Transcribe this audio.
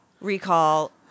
Recall